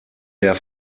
der